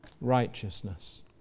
Righteousness